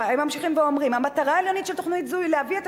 הם ממשיכים ואומרים: "המטרה העליונה של תוכנית זו היא להביא את